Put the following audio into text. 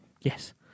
Yes